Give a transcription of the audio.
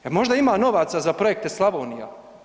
Jer možda ima novaca za Projekte Slavonija?